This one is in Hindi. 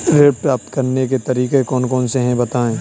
ऋण प्राप्त करने के तरीके कौन कौन से हैं बताएँ?